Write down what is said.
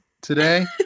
today